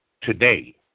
today